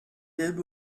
did